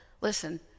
listen